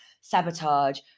sabotage